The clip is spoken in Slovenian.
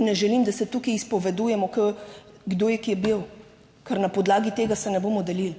In ne želim, da se tukaj izpovedujemo kdo je kje bil, ker na podlagi tega se ne bomo delili.